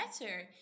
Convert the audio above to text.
better